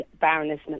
Baroness